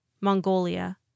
Mongolia